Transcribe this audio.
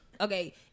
Okay